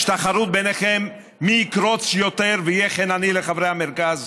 יש תחרות ביניכם מי יקרוץ יותר ויהיה חינני לחברי המרכז?